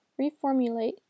reformulate